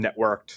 networked